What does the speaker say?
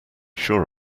sure